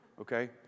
okay